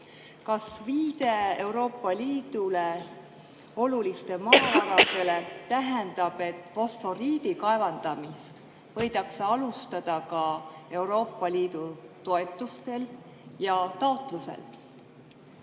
Kas viide Euroopa Liidule olulistele maavaradele tähendab, et fosforiidi kaevandamist võidakse alustada ka Euroopa Liidu toetuste ja taotluse